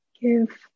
give